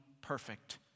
perfect